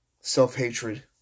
self-hatred